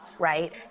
Right